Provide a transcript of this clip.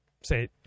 say